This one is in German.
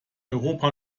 europa